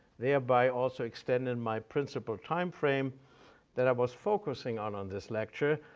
thereby also extended my principal timeframe that i was focusing on, on this lecture,